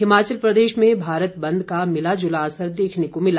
हिमाचल प्रदेश में भारत बंद का मिला जुला असर देखने को मिला